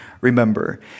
remember